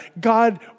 God